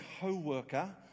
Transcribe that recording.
co-worker